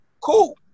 Cool